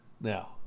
Now